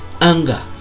anger